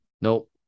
Nope